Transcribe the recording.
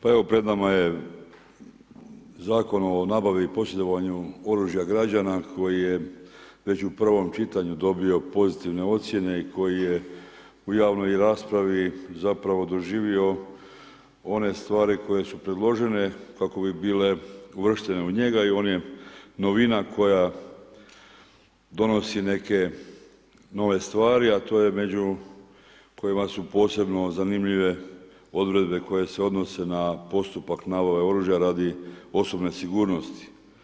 Pa evo pred nama je Zakon o nabavi i posjedovanju oružja građana koji je već u prvom čitanju dobio pozitivne ocjene i koji je u javnoj raspravi zapravo doživio one stvari koje su predložene kako bi bile uvrštene u njega i on je novina koja donosi neke nove stvari, a to je među, kojima su posebno zanimljive odredbe koje se odnose na postupak nabave oružja radi osobne sigurnosti.